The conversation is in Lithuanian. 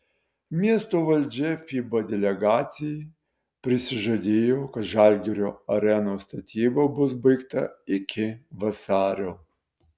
miesto valdžia fiba delegacijai prisižadėjo kad žalgirio arenos statyba bus baigta iki vasario